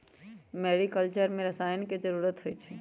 mariculture में रसायन के जरूरत होई छई